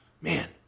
Man